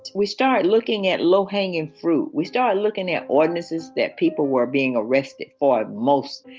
we start looking at low hanging fruit. we start looking at ordinances that people were being arrested for most.